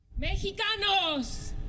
Mexicanos